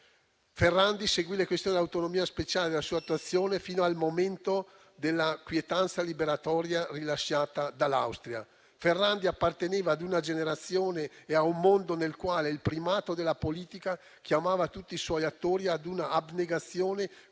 Ferrandi seguì le questioni dell'autonomia speciale e della sua attuazione fino al momento della quietanza liberatoria rilasciata dall'Austria. Ferrandi apparteneva a una generazione e a un mondo nel quale il primato della politica chiamava tutti i suoi attori a una abnegazione